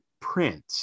print